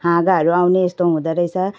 हाँगाहरू आउने यस्तो हुँदोरहेछ